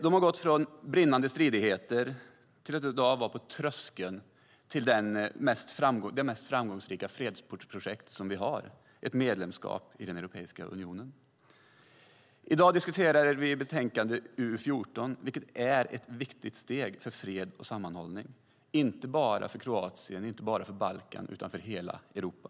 Man har gått från brinnande stridigheter till att i dag stå på tröskeln till det mest framgångsrika fredsprojekt vi har, ett medlemskap i Europeiska unionen. I dag diskuterar vi betänkande UU14 som är ett viktigt steg för fred och sammanhållning, inte bara för Kroatien och Balkan utan för hela Europa.